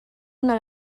una